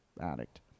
addict